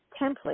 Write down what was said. template